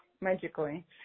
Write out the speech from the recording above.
magically